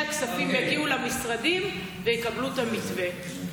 הכספים יגיעו למשרדים ויקבלו את המתווה.